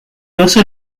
also